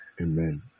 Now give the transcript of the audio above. Amen